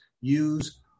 use